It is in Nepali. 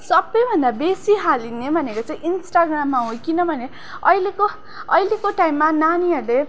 सबैभन्दा बेसी हालिने भनेको चाहिँ इन्स्टाग्राममा हो किनभने अहिलेको अहिलेको टाइममा नानीहरूले